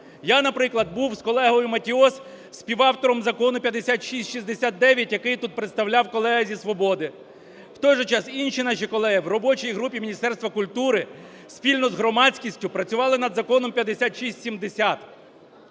Я, наприклад, був з колегою Матіос співавтором Закону 5669, який тут представляв колега зі "Свободи". В той же час інші наші колеги в робочій групі Міністерства культури спільно з громадськістю працювали над Законом 5670.